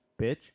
Bitch